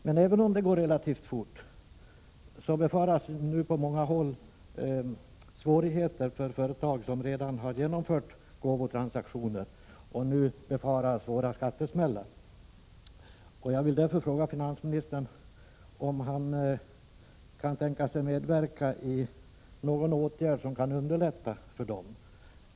Men även om frågan behandlas relativt fort befaras nu på många håll svåra skattesmällar för företag som redan har genomfört gåvotransaktioner. Jag vill därför fråga finansministern om han kan tänka sig att medverka i någon åtgärd som kan underlätta för dem.